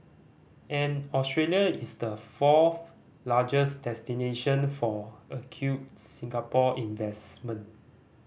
and Australia is the fourth largest destination for accrued Singapore investment